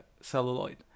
celluloid